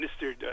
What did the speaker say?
Mr